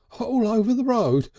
all over the road.